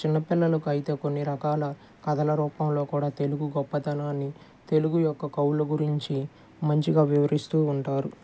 చిన్నపిల్లలకి అయితే కొన్నిరకాల కథల రూపంలో కూడా తెలుగు గొప్పతనాన్ని తెలుగు యొక్క కవుల గురించి మంచిగా వివరిస్తూ ఉంటారు